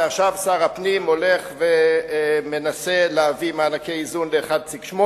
ועכשיו שר הפנים הולך ומנסה להביא מענקי איזון ל-1.8.